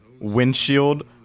windshield